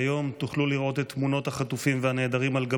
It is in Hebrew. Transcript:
באזור המוקדש בימי שגרה לתמונותיהם של חברי כנסת